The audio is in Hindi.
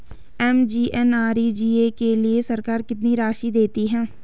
एम.जी.एन.आर.ई.जी.ए के लिए सरकार कितनी राशि देती है?